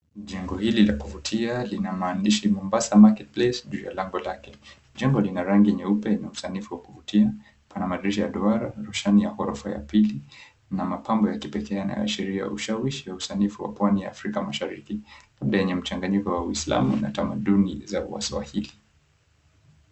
Jengo hili la kuvutia lina maandishi Mombasa market place juu ya lango lake. Jengo lina rangi nyeupe na usanifu wa kuvutia. Pana madirisha ya duara na roshani ya orofa ya pili na mapambo ya kipekee yanayoashiria ushawishi ya usanifu wa pwani ya Afrika mashariki; labda yenye mchanganyiko wa uislamu na tamaduni za waswahili.